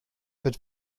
wird